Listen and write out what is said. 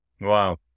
Wow